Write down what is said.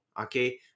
okay